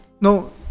No